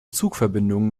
zugverbindungen